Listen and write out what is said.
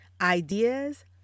ideas